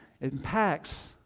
impacts